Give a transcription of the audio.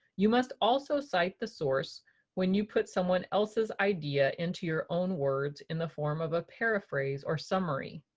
you must also cite the source when you put someone else's idea into your own words in the form of a paraphrase or summary.